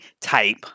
type